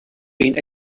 been